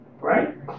right